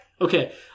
Okay